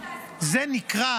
לפרנסה?